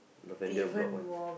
Lavender block one